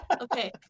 okay